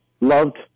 loved